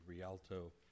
Rialto